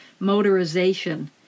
motorization